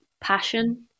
passion